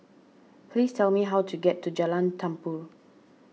please tell me how to get to Jalan Tambur